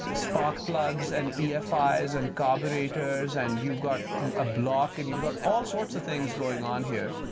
ah spark plugs and efis and carburetors, and you've got a block, and you've got all sorts of things going on here.